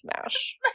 smash